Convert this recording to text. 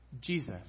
Jesus